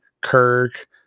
Kirk